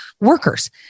workers